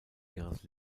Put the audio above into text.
ihres